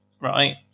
right